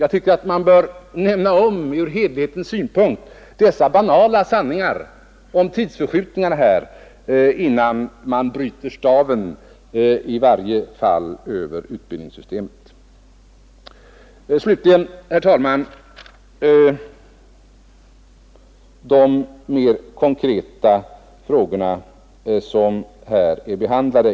Jag tycker att man för helhetens skull bör nämna dessa banala sanningar om tidsförskjutningarna, innan man bryter staven över utbildningssystemet. Slutligen, herr talman, något om de mer konkreta frågor som här behandlats.